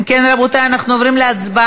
אם כן, רבותי, אנחנו עוברים להצבעה.